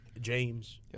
James